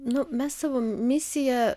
nu mes savo misiją